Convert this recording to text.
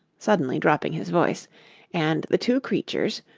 suddenly dropping his voice and the two creatures,